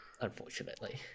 unfortunately